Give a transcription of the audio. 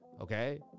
Okay